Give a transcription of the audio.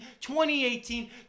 2018